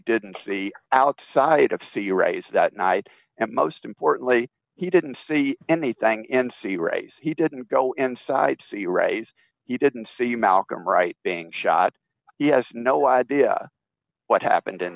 didn't see outside of see your eyes that night and most importantly he didn't see anything and see right he didn't go inside to see race you didn't see you malcolm right being shot he has no idea what happened in